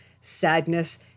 sadness